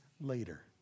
later